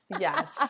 Yes